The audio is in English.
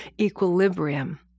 equilibrium